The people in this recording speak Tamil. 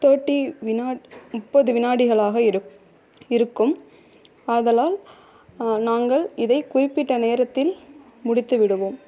தேர்ட்டி விநாட் முப்பது வினாடிகளாக இருக் இருக்கும் ஆதலால் நாங்கள் இதை குறிப்பிட்ட நேரத்தில் முடித்துவிடுவோம்